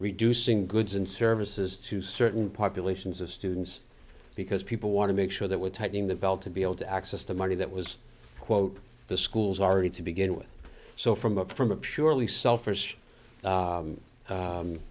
reducing goods and services to certain populations of students because people want to make sure that we're tightening the belt to be able to access the money that was quote the schools already to begin with so from a from a purely selfish